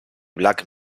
black